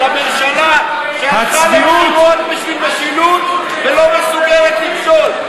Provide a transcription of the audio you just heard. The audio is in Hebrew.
של הממשלה שהלכה לבחירות בשביל משילות ולא מסוגלת למשול,